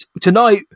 tonight